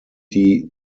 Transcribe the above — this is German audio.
die